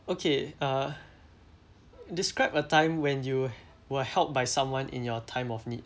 okay uh describe a time when you were helped by someone in your time of need